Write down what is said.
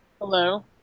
Hello